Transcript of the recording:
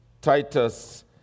Titus